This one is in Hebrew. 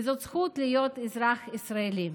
וזאת זכות להיות אזרח ישראלי.